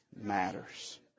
matters